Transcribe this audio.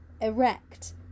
erect